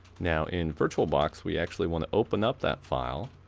now in virtualbox we actually want to open up that file,